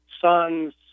Son's